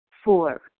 Four